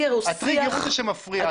הטריגר הזה הוא שמפריע כאן.